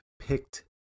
picked